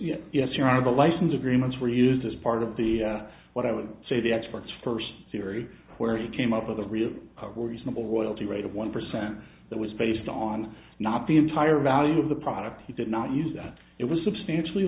lights yes you are the license agreements were used as part of the what i would say the experts first theory where he came up with a real or reasonable royalty rate of one percent that was based on not the entire value of the product he did not use that it was substantially